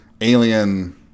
Alien